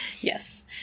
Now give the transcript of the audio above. Yes